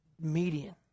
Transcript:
median